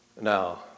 Now